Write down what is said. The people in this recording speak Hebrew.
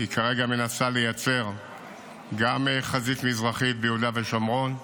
והיא כרגע מנסה לייצר גם חזית מזרחית ביהודה ושומרון.